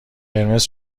قرمز